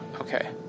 Okay